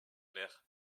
mère